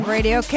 Radio